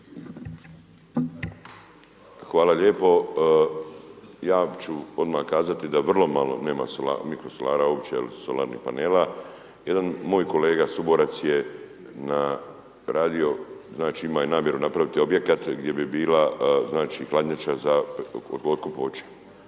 Hvala lijepo, ja ću odmah kazati da vrlo malo, nema mikrosolara uopće il solarnih panela, jedan moj kolega suborac je na radio, znači imao je namjeru napravit objekat gdje bi bila znači hladnjača za otkup voća.